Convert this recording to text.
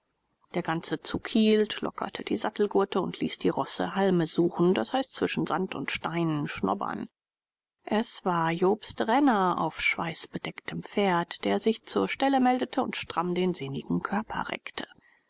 der ganze zug hielt lockerte die sattelgurte und ließ die rosse halme suchen d i zwischen sand und steinen schnobern es war jobst renner auf schweißbedecktem pferd der sich zur stelle meldete und stramm den sehnigen körper reckte